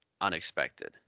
unexpected